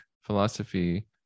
philosophy